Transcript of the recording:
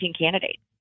candidates